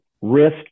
Risk